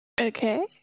Okay